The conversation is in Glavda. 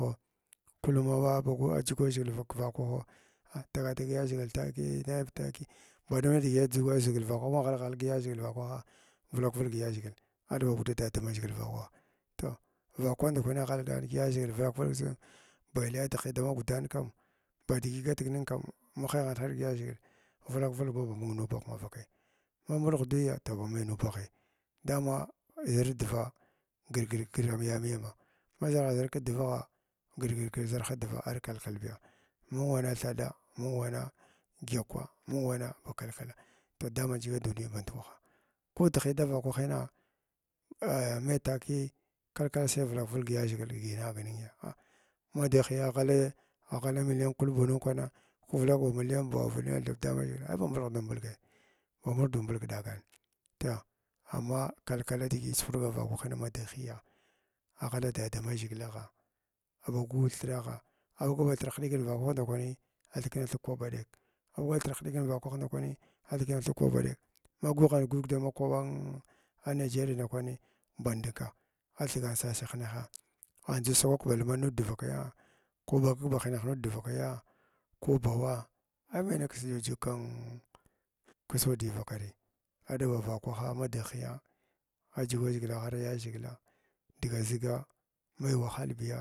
Kullum a aɓagu dʒugwaʒhgil vak vakraho a taga tag yaʒhgil tukiya nang taviya ba ɗum nidigi adʒugwa ʒhigil vakwaha aghalg ghalg kiyaʒhilgila vakwaha vulag yaʒhigil aɗba guda dadamaʒhgil vakwah toh vakaranda dakwani agh ghalgan ka va ʒhigil vulag vulg tsim baille adhi dama gudam kam badigi agh gatig kam ma haighanta haigha yaʒhigil vulag vulg ma ba hung numbagh mavakai mavulakai toh mai ba nuubagl toh dama zarha dvaa gir gir am yaa miyama haʒhargha ʒhar kəragha gər gər zarha dragh ar kalkalbiya mung wana chaddaa, mung wanng dyəkwaa hung wana ba kal kala toh dama ndʒiga duniya band kwaha koh dəghə dava vaka kwanina maiy tauiyii kal kal sai vulaka vulg dada maʒhgili kidigi anag ningya ma digh hyəya ghala agh ghala million kulbuu nung kwana ka vulaga ba million buuwa, million thiɓa damaʒhgil ai ba mulakadm mulga ai bamulkadir mmlg ɗaagan toh, amma kal kal digi sugakr vakwahini madighhəya aghala dada maʒhgilagh aɓagn ba thiragha aɓagu thiragh ba həɗikin vakwah ndakwani athikna thig kwaɓ baɗek magh ɓa ba thir hyaɗikan vakwah ndakwani athkni thig kwaɓ ba ɗek. Ma gwighant ghwig da ma kwaɓa anagerie nda kwani uh mba nduukah athigana sas da hənehaa a andʒuu sagwak ba alman mudi divakava ko vulag vulg nud ki hənehc dvakavi ko bawaa ay mai nikis juu kin kin ksandiya vakavi aɗaba vakwaha kaddighəya adʒu ʒhigila aghala ya ʒhigla diga ʒiga mai wahal biyaa.